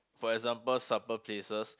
for example supper places